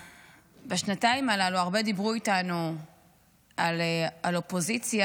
בשנתיים הללו הרבה דיברו איתנו על אופוזיציה,